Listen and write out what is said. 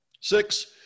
Six